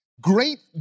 Great